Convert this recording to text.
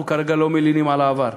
אנחנו כרגע לא מלינים על העבר.